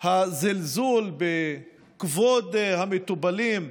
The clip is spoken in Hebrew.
הזלזול בכבוד המטופלים,